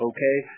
Okay